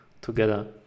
together